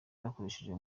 zakoreshejwe